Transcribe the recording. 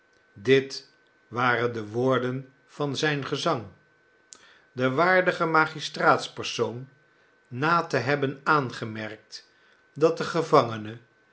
dit waren de woorden van zijn gezang de waardige magistraatspersoon na te hebben aangemerkt dat de gevangene